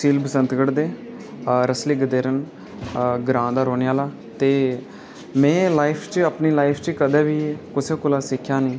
तह्सील बसन्तगढ़ दे रसले गदेरन ग्राँऽ दा रौह्ने आहला आं ते में लाईफ च अपनी लाईफ च कदें बी कुसै कोला सिक्खेआ नेईं